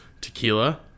tequila